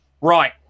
Right